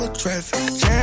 traffic